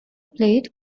played